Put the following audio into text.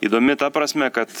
įdomi ta prasme kad